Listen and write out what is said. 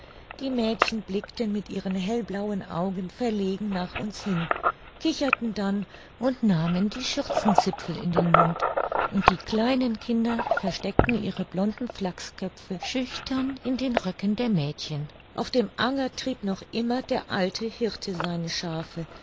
die mädchen blickten mit ihren hellblauen augen verlegen nach uns hin kicherten dann und nahmen die schürzenzipfel in den mund und die kleinen kinder versteckten ihre blonden flachsköpfe schüchtern in den röcken der mädchen auf dem anger trieb noch immer der alte hirte seine schafe